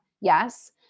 Yes